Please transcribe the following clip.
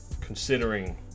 considering